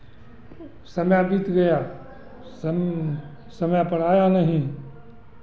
समय बीत गया सम समय पर आया नहीं